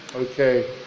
Okay